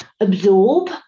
absorb